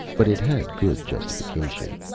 but it had good justification.